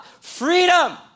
Freedom